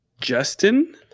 Justin